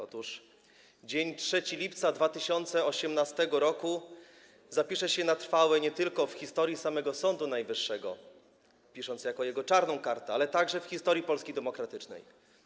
Otóż dzień 3 lipca 2018 r. zapisze się na trwałe nie tylko w historii samego Sądu Najwyższego jako jego czarna karta, ale także w historii Polski demokratycznej.